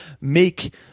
make